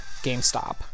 gamestop